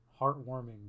heartwarming